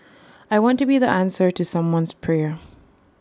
I want to be the answer to someone's prayer